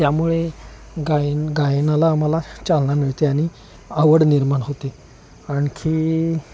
त्यामुळे गायन गायनाला आम्हाला चालना मिळते आणि आवड निर्माण होते आणखी